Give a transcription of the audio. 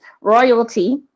royalty